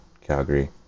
calgary